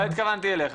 לא התכוונתי אליך,